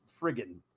friggin